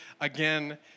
again